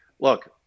Look